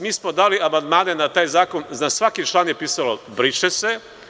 Mi smo dali amandmane na taj zakon, za svaki član je pisalo „briše se“